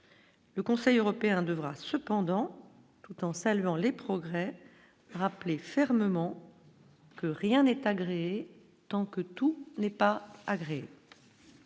Le Conseil européen devra cependant, tout en saluant les progrès rappelé fermement que rien n'est agréé tant que tout n'est pas agréé.